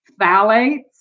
phthalates